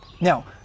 Now